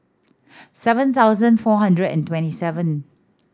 seven thousand four hundred and twenty seven